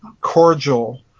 cordial